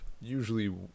usually